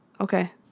okay